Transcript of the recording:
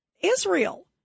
Israel